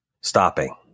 stopping